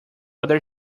other